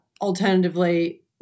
alternatively